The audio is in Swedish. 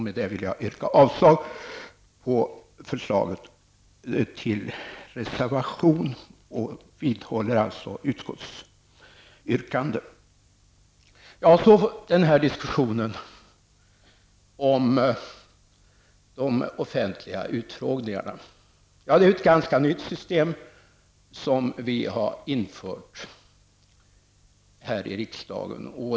Med detta yrkar jag avslag på reservation nr 2, och jag vidhåller utskottets yrkande. Så till diskussionen om de offentliga utfrågningarna. Det är ett ganska nytt system som införts här i riksdagen.